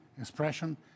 expression